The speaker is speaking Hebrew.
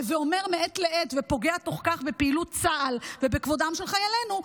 ומעת לעת אומר ופוגע בתוך כך בפעילות צה"ל ובכבודם של חיילינו,